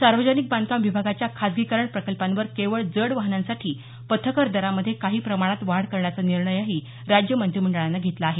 सार्वजनिक बांधकाम विभागाच्या खासगीकरण प्रकल्पांवर केवळ जड वाहनांसाठी पथकर दरामध्ये काही प्रमाणात वाढ करण्याचा निर्णयही राज्य मंत्रिमंडळानं घेतला आहे